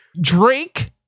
Drake